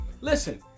listen